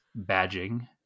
badging